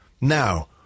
Now